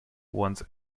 wants